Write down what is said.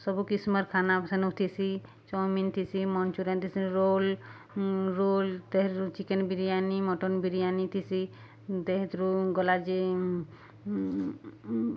ସବୁ କିସ୍ମର୍ ଖାନା ସାନୁଥିସି ଚାଓମିନ୍ ଥିସି ମଞ୍ଚୁରିଆନ୍ ଥିସି ରୋଲ୍ ରୋଲ୍ ତେହେରୁ ଚିକେନ୍ ବିରିୟାନି ମଟନ୍ ବିରିୟାନୀ ଥିସି ତେହେରୁ ଗଲା ଯେ